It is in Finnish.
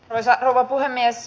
arvoisa rouva puhemies